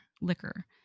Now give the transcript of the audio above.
liquor